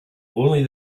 only